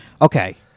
Okay